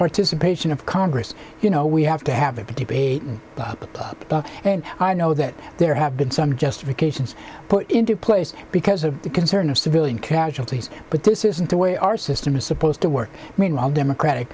participation of congress you know we have to have a pretty peyton place up and i know that there have been some justifications put into place because of the concern of civilian casualties but this isn't the way our system is supposed to work meanwhile democratic